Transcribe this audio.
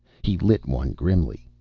he lit one grimly.